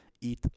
Eat